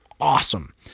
awesome